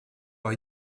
leur